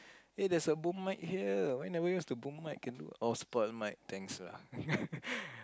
eh there's a boom mic here why never use the boom mic can do oh spoilt mic thanks lah